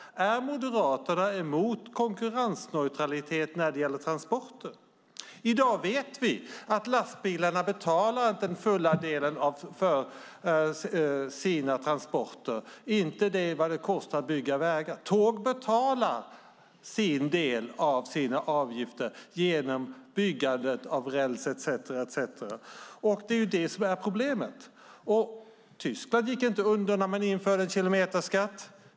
Är Moderaterna emot konkurrensneutralitet när det gäller transporter? I dag vet vi att lastbilarna inte betalar full del för sina transporter, inte vad det kostar att bygga vägar, medan tågen betalar sin del av sina avgifter genom byggandet av räls etcetera. Det är det som är problemet. Tyskland gick inte under när man införde en kilometerskatt.